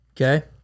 okay